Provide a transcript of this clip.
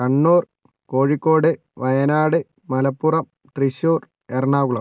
Kannur Kozhikode Wayanad Malappuram Thrissur Ernakulam